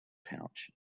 pouch